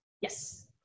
yes